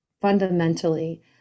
fundamentally